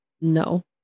no